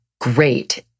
great